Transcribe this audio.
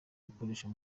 gukoreshwa